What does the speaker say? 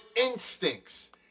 instincts